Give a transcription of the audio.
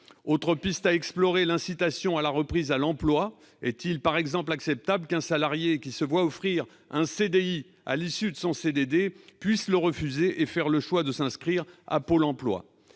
Autre piste à explorer, l'incitation à la reprise d'emploi. Est-il, par exemple, acceptable qu'un salarié qui se voit offrir un CDI à l'issue de son CDD puisse le refuser et faire le choix de s'inscrire à Pôle emploi ?